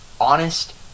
honest